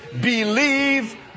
believe